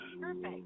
perfect